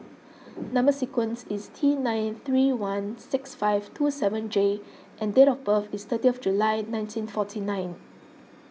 Number Sequence is T nine three one six five two seven J and date of birth is thirty of July nineteen forty nine